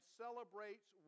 celebrates